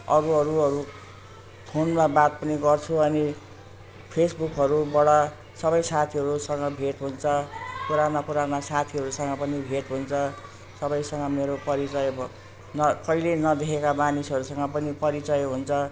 अब अरू अरू फोनमा बात पनि गर्छु अनि फेसबुकहरूबाट सबै साथीहरूकोसँग भेट हुन्छ पुराना पुराना साथीहरूसँग पनि भेट हुन्छ सबैसँग मेरो परिचय भ न कहिले नदेखेका मानिसहरूसँग पनि परिचय हुन्छ